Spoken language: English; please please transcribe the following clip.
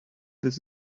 this